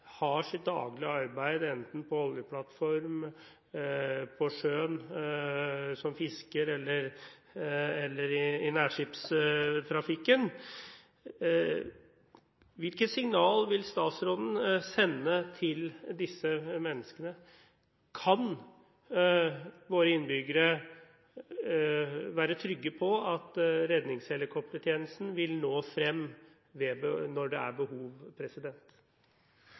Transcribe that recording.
har sitt daglige arbeid enten på oljeplattform, på sjøen, som fisker eller i nærskipstrafikken, hvilket signal vil statsråden sende til disse menneskene? Kan våre innbyggere være trygge på at redningshelikoptertjenesten vil nå frem når det er behov?